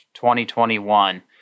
2021